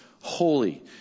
holy